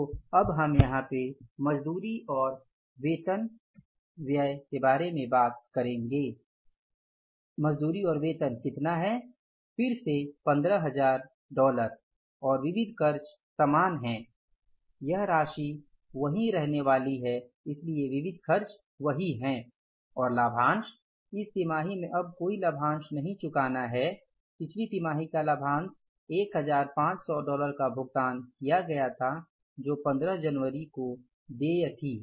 तो मजदूरी और वेतन कितना है फिर से 15000 डॉलर और विविध खर्च समान हैं यह राशि वही रहने वाली है इसलिए विविध खर्च वही है और लाभांश इस तिमाही में अब कोई लाभांश नहीं चुकाना है पिछली तिमाही का लाभांश 1500 डॉलर का भुगतान किया गया था जो 15 जनवरी को देय थी